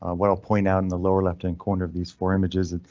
um what i'll point out in the lower left hand corner of these four images.